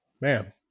Man